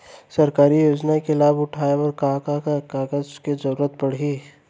सरकारी योजना के लाभ उठाए बर का का कागज के जरूरत परही